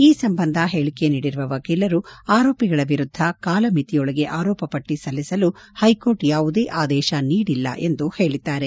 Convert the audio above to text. ಈ ಸಂಬಂಧ ಹೇಳಿಕೆ ನೀಡಿರುವ ವಕೀಲರು ಆರೋಪಿಗಳ ವಿರುದ್ದ ಕಾಲಮಿತಿಯೊಳಗೆ ಆರೋಪಟ್ಟ ಸಲ್ಲಿಸಲು ಹ್ಲೆಕೋರ್ಟ್ ಯಾವುದೇ ಆದೇಶ ನೀಡಿಲ್ಲ ಎಂದು ಹೇಳಿದ್ದಾರೆ